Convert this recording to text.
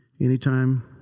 Anytime